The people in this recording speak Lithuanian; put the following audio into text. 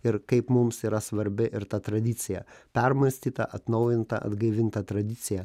ir kaip mums yra svarbi ir ta tradicija permąstyta atnaujinta atgaivinta tradicija